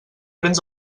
prens